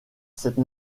cette